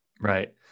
Right